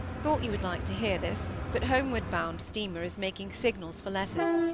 thought you would like to hear this, but homeward-bound steamer is making signals for letters.